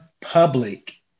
public